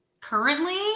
Currently